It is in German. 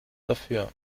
dafür